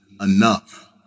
enough